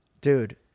Dude